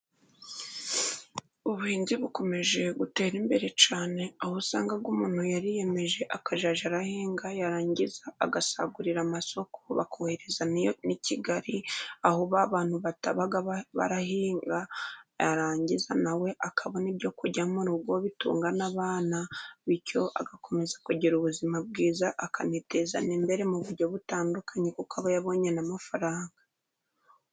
Ubuhinzi bukomeje gutera imbere cyane, aho usanga umuntu yariyemeje akazajya ahinga, yarangiza agasagurira amasoko, bakohereza n'i kigali aho ba abantu badahinga, yarangiza na we akabona ibyo kurya bitunga n'abana, bityo agakomeza kugira ubuzima bwiza akaniteza imbere mu buryo butandukanye, kuko aba yabonye amafaranga.